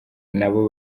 nabo